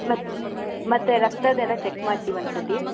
ಮತ್ತೆ ಮತ್ತೇ ರಕ್ತದೆಲ್ಲ ಚೆಕ್ ಮಾಡ್ತೀವಿ ಒಂದು ಸರ್ತಿ